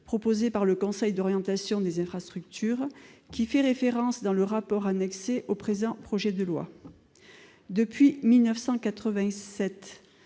proposé par le Conseil d'orientation des infrastructures, qui fait référence dans le rapport annexé au présent projet de loi. Depuis 1987,